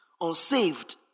unsaved